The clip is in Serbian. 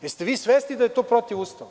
Jeste li vi svesni da je to protivustavno?